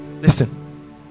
listen